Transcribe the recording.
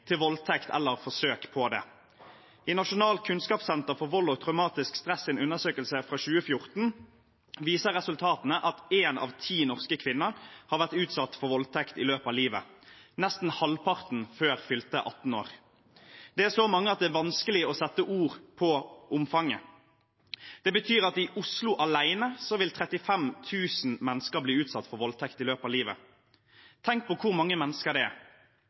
til voldtekt eller forsøk på det. I en undersøkelse fra 2014 fra Nasjonalt kunnskapssenter om vold og traumatisk stress viser resultatene at én av ti norske kvinner har vært utsatt for voldtekt i løpet av livet, nesten halvparten før fylte 18 år. Det er så mange at det er vanskelig å sette ord på omfanget. Det betyr at i Oslo alene vil 35 000 mennesker bli utsatt for voldtekt i løpet av livet. Tenk på hvor mange mennesker det er